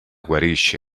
guarisce